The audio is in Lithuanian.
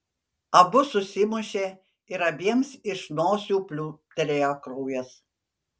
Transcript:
abu susimušė ir abiems iš nosių pliūptelėjo kraujas